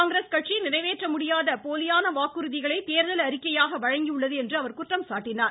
காங்கிரஸ் கட்சி நிறைவேற்றமுடியாத போலியான வாக்குறுதிகளை தேர்தல் அறிக்கையாக வழங்கி உள்ளது என்று அவர் குற்றம் சாட்டினார்